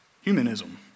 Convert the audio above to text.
Humanism